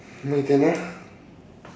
my turn ah